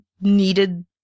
needed